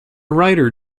writer